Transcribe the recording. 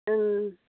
ओम